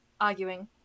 arguing